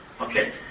Okay